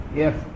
yes